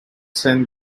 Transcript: send